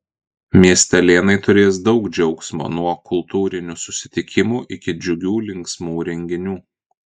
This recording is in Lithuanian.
miestelėnai turės daug džiaugsmo nuo kultūrinių susitikimų iki džiugių linksmų renginių